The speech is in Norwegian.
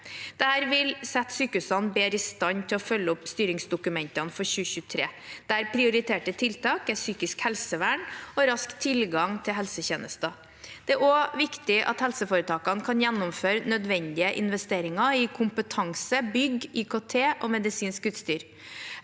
Dette vil sette sykehusene bedre i stand til å følge opp styringsdokumentene for 2023, der prioriterte tiltak er psykisk helsevern og rask tilgang til helsetjenester. Det er også viktig at helseforetakene kan gjennomføre nødvendige investeringer i kompetanse, bygg, IKT og medisinsk utstyr.